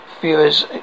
viewers